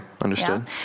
Understood